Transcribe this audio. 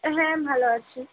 হ্যাঁ ভাল আছি